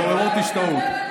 מעוררות השתאות.